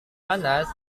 panas